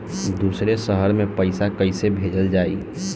दूसरे शहर में पइसा कईसे भेजल जयी?